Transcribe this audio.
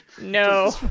No